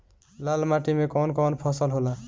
लाल माटी मे कवन कवन फसल होला?